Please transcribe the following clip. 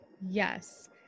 Yes